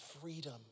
freedom